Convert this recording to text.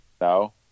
No